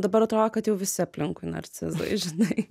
dabar atrodo kad jau visi aplinkui narcizai žinai